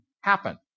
happen